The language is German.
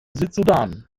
südsudan